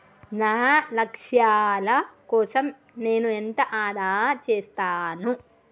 నా లక్ష్యాల కోసం నేను ఎంత ఆదా చేస్తాను?